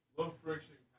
of bricks that